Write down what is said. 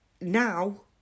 now